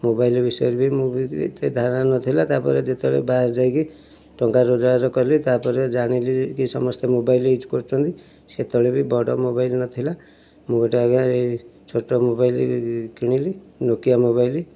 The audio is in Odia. ମୋବାଇଲ୍ ବିଷୟରେ ମୁଁ ବି ଏତେ ଧାରଣା ନଥିଲା ତାପରେ ଯେତେବେଳେ ବାହାରେ ଯାଇକି ଟଙ୍କା ରୋଜଗାର କଲି ତାପରେ ଜାଣିଲି ଏ ସମସ୍ତେ ମୋବାଇଲ୍ ୟୁଜ୍ କରୁଛନ୍ତି ସେତେବେଳେ ବି ବଡ଼ ମୋବାଇଲ୍ ନଥିଲା ମୁଁ ଗୋଟେ ଆଜ୍ଞା ଏଇ ଛୋଟ ମୋବାଇଲ୍ କିଣିଲି ନୋକିଆ ମୋବାଇଲ୍